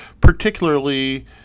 particularly